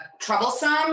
Troublesome